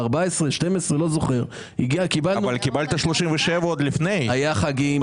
אבל קיבלת מסמך עם 37 סעיפים עוד לפני כן,